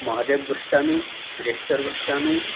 Mahadev Goswami Dhireswar Goswami